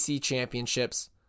championships